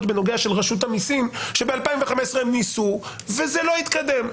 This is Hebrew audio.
של רשות המיסים שב-2015 הם ניסו וזה לא התקדם.